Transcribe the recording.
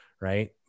right